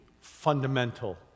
fundamental